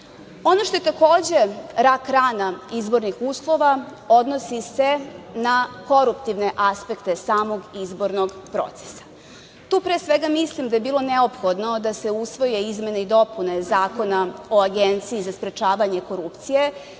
što je takođe rak rana izbornih uslova, odnosi se na koruptivne aspekte samog izbornog procesa. Tu, pre svega, mislim da je bilo neophodno da se usvoje izmene i dopune Zakona o Agenciji za sprečavanje korupcije